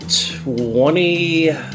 twenty